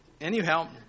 Anyhow